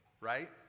right